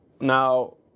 now